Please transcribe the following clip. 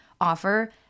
offer